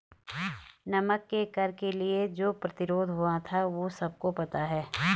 नमक के कर के लिए जो प्रतिरोध हुआ था वो सबको पता है